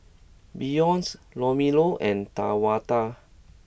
Beyonce Romello and Tawanda